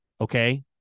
okay